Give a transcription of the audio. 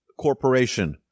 corporation